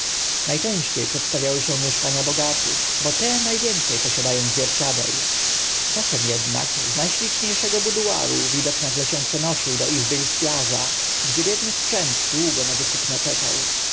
przedstawiały się mieszkania bogatych bo te na więce posiada ą zwierciadeł czasem ednak z na ślicznie szego buduaru widok nagle się przenosił do izby lichwiarza gdzie biedny sprzęt długo na wykupno czekał